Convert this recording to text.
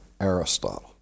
Aristotle